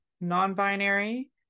non-binary